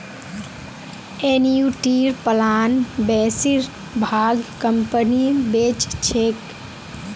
एनयूटीर प्लान बेसिर भाग कंपनी बेच छेक